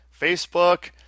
Facebook